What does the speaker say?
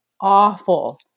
awful